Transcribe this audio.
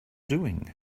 doing